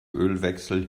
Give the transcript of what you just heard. ölwechsel